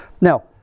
Now